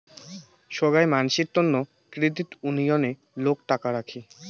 সোগাই মানসির তন্ন ক্রেডিট উনিয়ণে লোক টাকা রাখি